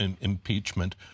impeachment